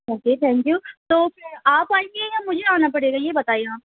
okay thank you تو پھر آپ آئیں گی یا مجھے آنا پڑے گا یہ بتائیے آپ